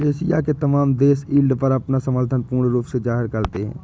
Asia के तमाम देश यील्ड पर अपना समर्थन पूर्ण रूप से जाहिर करते हैं